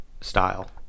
style